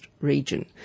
region